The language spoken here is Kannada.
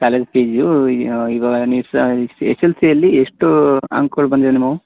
ಕಾಲೇಜ್ ಫೀಸು ಈವಾಗ ನೀವು ಎಸ್ ಎಲ್ ಸಿಯಲ್ಲಿ ಎಷ್ಟು ಅಂಕಗಳು ಬಂದಿದೆ ನಿಮ್ಮವು